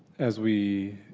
as we